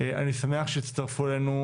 אני שמח שהצטרפו אלינו,